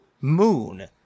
moon